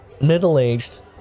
middle-aged